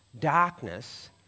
darkness